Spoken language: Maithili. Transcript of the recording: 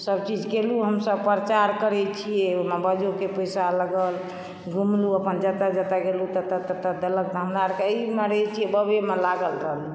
सभचीज कयलू हमसभ प्रचार करैत छियै ओहिमे बजोके पैसा लगल घुमलु अपन जतय जतय गेलु ततय ततय देलक तऽ हमराअर के एहिमे रहैत छियै बाबेमे लागल रहलू